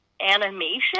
animation